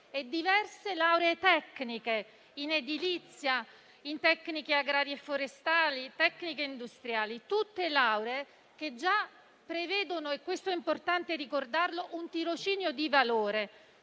e diverse lauree tecniche in edilizia, in tecniche agrarie e forestali, tecniche industriali. Sono tutte lauree che già prevedono - questo è importante ricordarlo - un tirocinio di valore